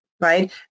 Right